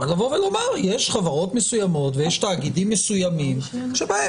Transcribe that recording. אלא לבוא ולומר שיש חברות מסוימות ויש תאגידים מסוימים שבהם